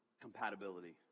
compatibility